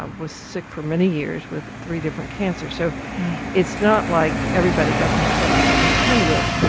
um was sick for many years with three different cancers. so it's not like everybody doesn't have something to contend with,